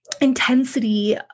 intensity